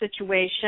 situation